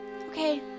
Okay